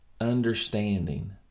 understanding